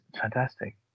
fantastic